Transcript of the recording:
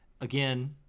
Again